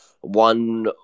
One